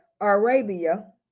Arabia